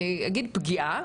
אני אגיד פגיעה,